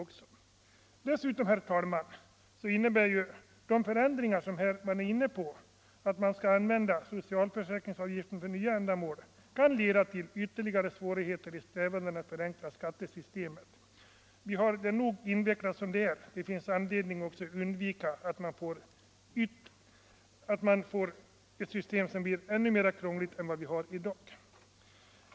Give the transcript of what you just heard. Om man börjar använda socialförsäkringsavgiften för nya ändamål, kan det dessutom leda till ytterligare svårigheter när det gäller att förenkla skattesystemet. Vi har det nog invecklat som det är, och det finns all anledning att inte krångla till det ytterligare.